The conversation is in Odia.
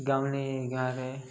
ଗାଉଁଲି ଗାଁରେ